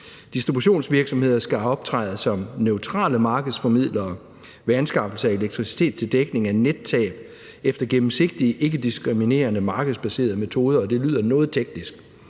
Distributionsvirksomheder skal optræde som neutrale markedsformidlere ved anskaffelse af elektricitet til dækning af nettab efter gennemsigtige ikkediskriminerende markedsbaserede metoder. Det lyder noget teknisk,